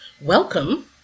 welcome